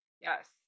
yes